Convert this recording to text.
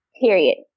period